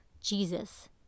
Jesus